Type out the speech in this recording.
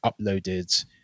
uploaded